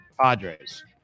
Padres